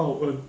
hao en